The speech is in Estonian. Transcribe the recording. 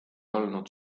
olnud